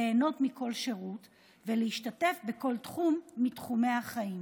ליהנות מכל שירות ולהשתתף בכל תחום מתחומי החיים.